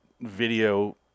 video